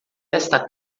esta